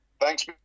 Thanks